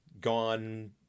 gone